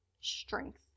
strength